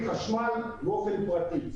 חשמל באופן פרטי.